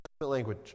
language